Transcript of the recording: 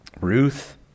Ruth